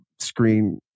screen